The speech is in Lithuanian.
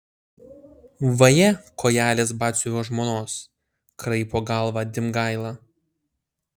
vaje kojelės batsiuvio žmonos kraipo galvą dimgaila